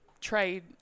trade